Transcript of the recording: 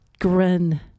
grin